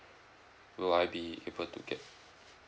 will I be able to get